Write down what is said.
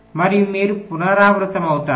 మరియు మీరు పునరావృతమవుతారు